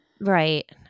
Right